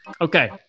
Okay